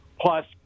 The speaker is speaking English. plus